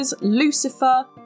Lucifer